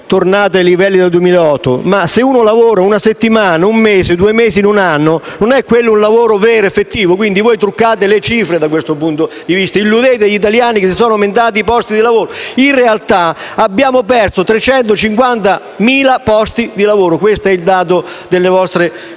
tornato ai livelli del 2008, ma se uno lavora una settimana, uno o due mesi o un anno, non è un lavoro vero ed effettivo. Voi truccate le cifre da questo punto di vista e illudete gli italiani che sono aumentati i posti di lavoro. In realtà, abbiamo perso 350.000 posti di lavoro. Questo è il risultato delle vostre politiche